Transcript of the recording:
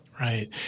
Right